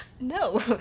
No